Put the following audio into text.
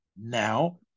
now